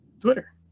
Twitter